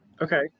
okay